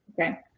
Okay